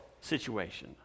situation